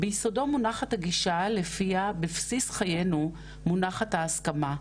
ביסודו מונחת הגישה לפיה בסיס חיינו מונחת ההסכמה,